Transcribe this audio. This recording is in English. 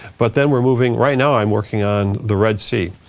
but then we're moving. right now i'm working on the red sea.